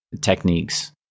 techniques